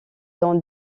dans